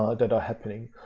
ah that are happening.